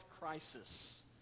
crisis